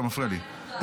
אתה מפריע לי.